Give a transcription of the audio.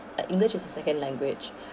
uh english is a second language